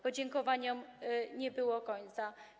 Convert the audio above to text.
Podziękowaniom nie było końca.